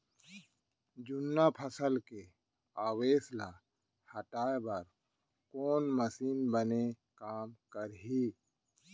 जुन्ना फसल के अवशेष ला हटाए बर कोन मशीन बने काम करही?